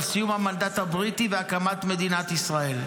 סיום המנדט הבריטי והקמת מדינת ישראל.